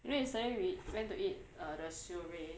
you know yesterday we went to eat uh the seorae